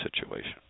situation